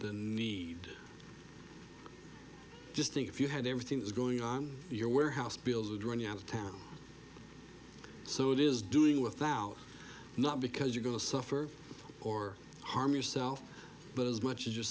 the need just think if you had everything that's going on your warehouse bills would run you out of town so it is doing without not because you're going to suffer or harm yourself but as much as you